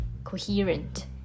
coherent